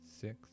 six